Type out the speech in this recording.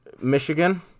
Michigan